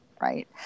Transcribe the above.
Right